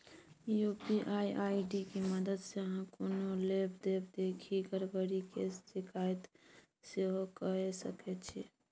UPI ID के मददसँ अहाँ कोनो लेब देब देखि गरबरी केर शिकायत सेहो कए सकै छी